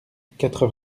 quatre